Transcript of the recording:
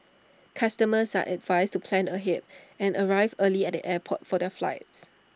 customers are advised to plan ahead and arrive early at the airport for their flights